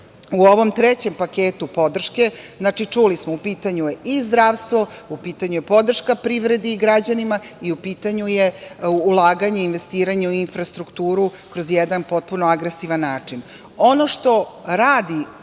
u ovom trećem paketu podrške. Znači, čuli smo, u pitanju je i zdravstvo, u pitanju je podrška privredi i građanima i u pitanju je ulaganje, investiranje u infrastrukturu kroz jedan potpuno agresivan način. Ono što radi